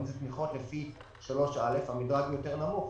אם זה תמיכות לפי 3א המדרג נמוך